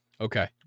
Okay